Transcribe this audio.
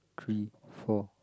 three four